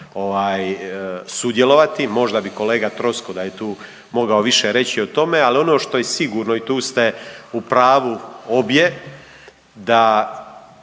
sudjelovati. Možda bi kolega Troskot da je tu mogao više reći o tome. Ali ono što je sigurno i tu ste u pravu obje, da